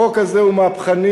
החוק הזה הוא מהפכני,